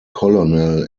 colonel